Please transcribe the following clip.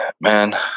man